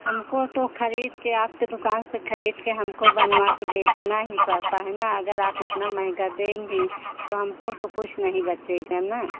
हमको तो खरीदकर आपकी दुक़ान से खरीदकर हमको बनवाकर बेचना ही पड़ता है ना अगर आप इतना महँगा देंगी तो हमको तो कुछ नहीं बचेगा ना